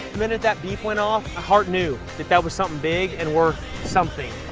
minute that beep went off, heart knew that that was something big and worth something.